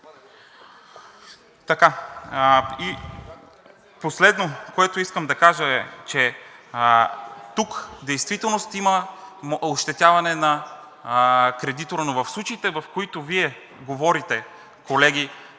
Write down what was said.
ти. Последното, което искам да кажа, е, че тук действително има ощетяване на кредитора, но в случаите, в които Вие говорите, колеги,